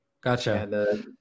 Gotcha